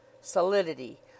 Solidity